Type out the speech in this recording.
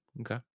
Okay